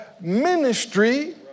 ministry